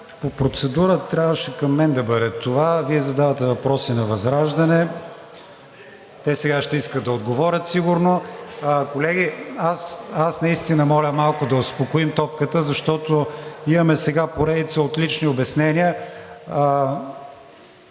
по процедура трябваше към мен да бъде това, а Вие задавате въпроси на ВЪЗРАЖДАНЕ. Те сега ще искат да отговорят сигурно. Колеги, аз наистина моля малко да успокоим топката, защото имаме сега поредица от лични обяснения.